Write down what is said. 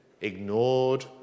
ignored